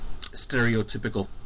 stereotypical